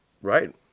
Right